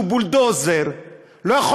שהוא בולדוזר,